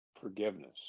forgiveness